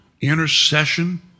intercession